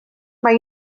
mae